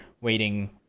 waiting